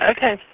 Okay